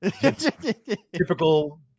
Typical